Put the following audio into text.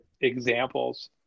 examples